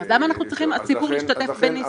-- אז למה אנחנו הציבור צריכים להשתתף בניסוי?